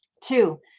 Two